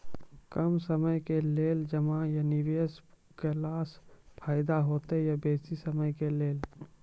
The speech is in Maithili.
कम समय के लेल जमा या निवेश केलासॅ फायदा हेते या बेसी समय के लेल?